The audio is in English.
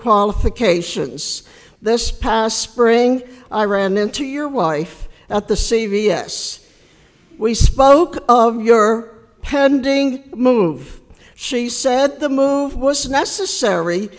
qualifications this past spring i ran into your wife at the c v s we spoke of your pending move she said the move was necessary